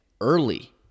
early